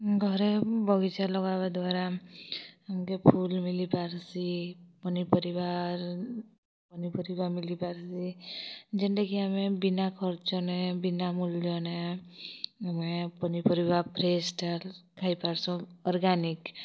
ଘରେ ବଗିଚା ଲଗାବା ଦ୍ୱାରା ଆମ୍କେ ଫୁଲ୍ ମିଲିପାର୍ସି ପନିପରିବା ପନିପରିବା ମିଲିପାର୍ସି ଯେନ୍ଟାକି ଆମେ ବିନା ଖର୍ଚ୍ଚନେ ବିନା ମୂଲ୍ୟନେ ଆମେ ପନିପରିବା ଫ୍ରେସ୍ଟା ଖାଇପାର୍ସୁଁ ଅର୍ଗାନିକ୍